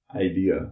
idea